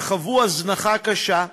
שחוו הזנחה קשה,